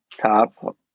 top